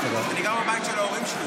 אני גר בבית של ההורים שלי,